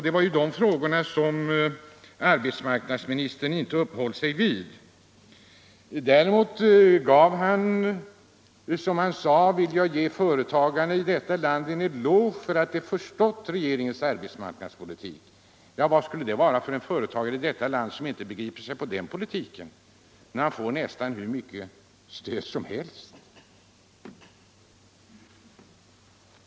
Det var dessa saker som arbetsmarknadsministern inte uppehöll sig vid. Däremot sade han att han ville ”ge företagarna i detta land en eloge för att de förstått regeringens arbetsmarknadspolitik”. Vad skulle det vara för företagare som inte begriper sig på den politiken — när han får nästan hur mycket ekonomiskt stöd som helst?